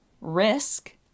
Risk